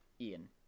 Ian